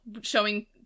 showing